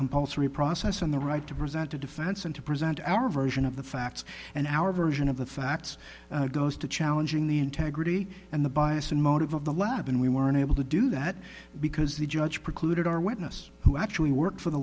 compulsory process and the right to present a defense and to present our version of the facts and our version of the facts goes to challenging the integrity and the bias and motive of the lab and we were unable to do that because the judge precluded our witness who actually worked for the